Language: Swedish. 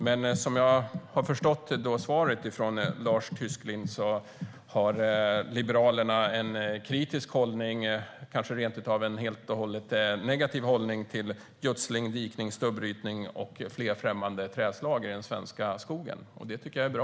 Men som jag har förstått av svaret från Lars Tysklind har Liberalerna en kritisk, kanske rent av en helt negativ, hållning till gödsling, dikning, stubbrytning och fler främmande träslag i den svenska skogen. Det tycker jag är bra.